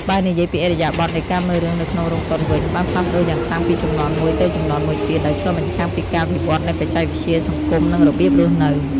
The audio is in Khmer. បើនិយាយពីឥរិយាបថនៃការមើលរឿងនៅក្នុងរោងកុនវិញបានផ្លាស់ប្ដូរយ៉ាងខ្លាំងពីជំនាន់មួយទៅជំនាន់មួយទៀត ដោយឆ្លុះបញ្ចាំងពីការវិវត្តន៍នៃបច្ចេកវិទ្យា សង្គម និងរបៀបរស់នៅ។